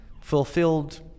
fulfilled